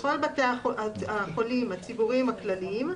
בכל בתי החולים הציבוריים הכלליים,